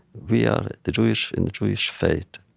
we are the jewish in the jewish faith,